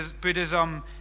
Buddhism